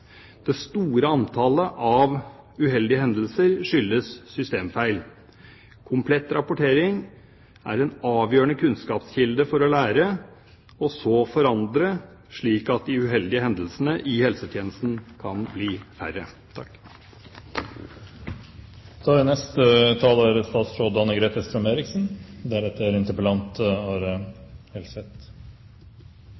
Det store antallet av uheldige hendelser skyldes systemfeil. Komplett rapportering er en avgjørende kunnskapskilde for å lære og så forandre, slik at de uheldige hendelsene i helsetjenesten kan bli færre.